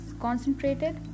concentrated